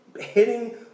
Hitting